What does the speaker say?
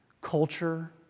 culture